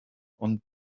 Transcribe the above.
ond